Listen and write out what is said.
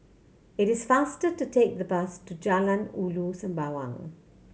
it is faster to take the bus to Jalan Ulu Sembawang